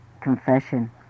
confession